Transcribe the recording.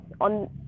on